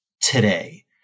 today